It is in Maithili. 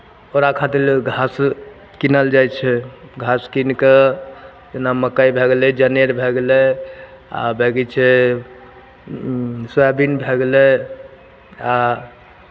ओकरा खातिर घास कीनल जाइ छै घास कीन कऽ जेना मक्कइ भए गेलै जनेर भए गेलै आ बाँकी छै सोयाबीन भए गेलै आ